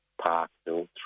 Parkville